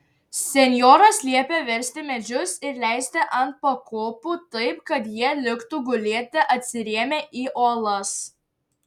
senjoras liepė versti medžius ir leisti ant pakopų taip kad jie liktų gulėti atsirėmę į uolas